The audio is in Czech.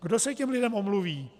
Kdo se těm lidem omluví?